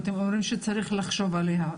אתם אומרים שצריך לחשוב עליה,